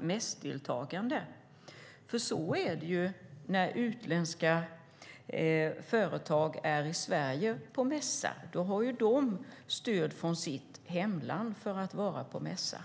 mässdeltagande. När utländska företag är på mässa i Sverige har de stöd från sitt hemland för att vara där.